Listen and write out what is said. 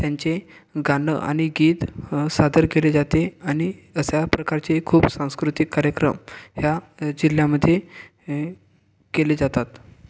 त्यांचे गाणं आणि गीत सादर केले जाते आणि अशा प्रकारचे खूप सांस्कृतिक कार्यक्रम ह्या जिल्ह्यामध्ये केले जातात